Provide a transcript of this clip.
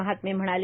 महात्मे म्हणाले